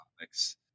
topics